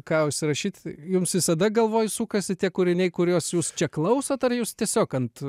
ką užsirašyt jums visada galvoj sukasi tie kūriniai kuriuos jūs čia klausot ar jūs tiesiog ant